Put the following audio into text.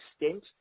extent